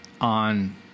on